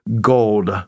gold